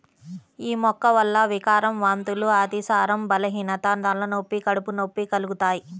యీ మొక్క వల్ల వికారం, వాంతులు, అతిసారం, బలహీనత, తలనొప్పి, కడుపు నొప్పి కలుగుతయ్